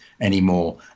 anymore